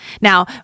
Now